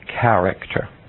character